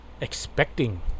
Expecting